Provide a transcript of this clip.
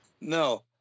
No